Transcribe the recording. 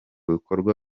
bikorwa